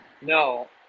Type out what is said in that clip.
No